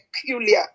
peculiar